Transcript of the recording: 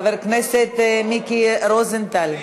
חבר הכנסת מיקי רוזנטל,